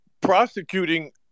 prosecuting